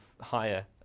higher